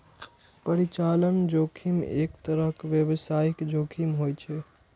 परिचालन जोखिम एक तरहक व्यावसायिक जोखिम होइ छै